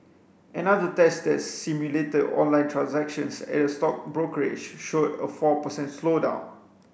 another test that simulated online transactions at a stock brokerage showed a four per cent slowdown